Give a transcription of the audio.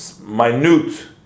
minute